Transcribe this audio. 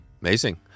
Amazing